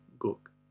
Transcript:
book